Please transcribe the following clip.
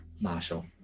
Marshall